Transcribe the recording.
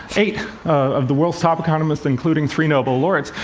eight of the world's top economists, including three nobel laureates,